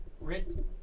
Rit